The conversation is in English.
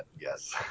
yes